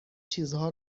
چیزها